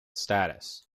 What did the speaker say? status